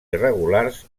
irregulars